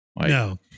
No